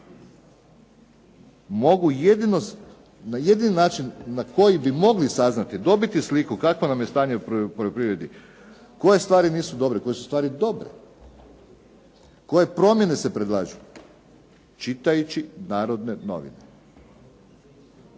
mogu jedino na jedini način na koji bi mogli saznati, dobiti sliku kakvo nam je stanje u poljoprivredi, koje stvari nisu dobre, koje su stvari dobre, koje promjene se predlažu čitajući Narodne novine.